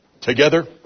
Together